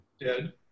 dead